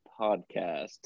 podcast